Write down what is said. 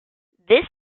this